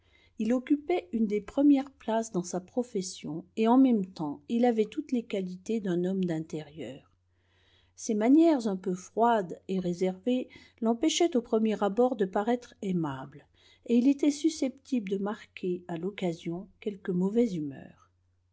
il occupait une des premières places dans sa profession et en même temps il avait toutes les qualités d'un homme d'intérieur ses manières un peu froides et réservées l'empêchaient au premier abord de paraître aimable et il était susceptible de marquer à l'occasion quelque mauvaise humeur